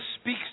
speaks